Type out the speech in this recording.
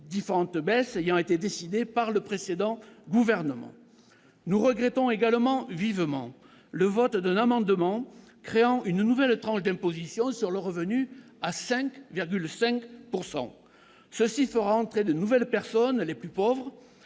différentes baisses ayant été décidées par le précédent gouvernement. Nous regrettons également vivement le vote d'un amendement créant une nouvelle tranche d'imposition sur le revenu à 5,5 %. Cela fera entrer de nouvelles personnes, les plus pauvres,